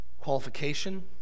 qualification